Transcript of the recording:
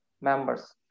members